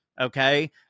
Okay